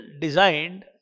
designed